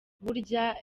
burya